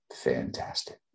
fantastic